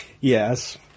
yes